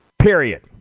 period